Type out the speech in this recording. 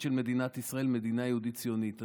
של מדינת ישראל כמדינה יהודית ציונית.